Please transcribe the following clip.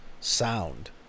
sound